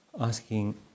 Asking